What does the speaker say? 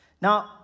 Now